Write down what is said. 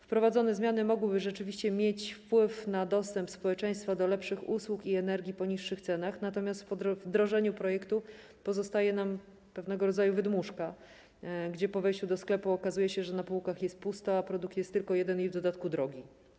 Wprowadzone zmiany mogłyby rzeczywiście mieć wpływ na dostęp społeczeństwa do lepszych usług i energii po niższych cenach, natomiast po wdrożeniu projektu pozostaje nam pewnego rodzaju wydmuszka, gdzie po wejściu do sklepu okazuje się, że na półkach jest pusto, a produkt jest tylko jeden, i w dodatku drogi.